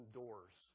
doors